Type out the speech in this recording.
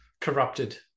corrupted